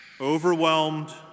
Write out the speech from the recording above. overwhelmed